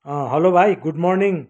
hello भाइ good morning